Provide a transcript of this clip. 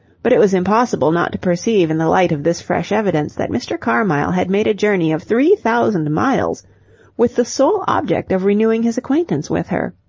but it was impossible not to perceive in the light of this fresh evidence that mr. carmyle had made a journey of three thousand miles with the sole object of renewing his acquaintance with her.